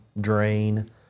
drain